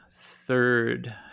third